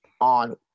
on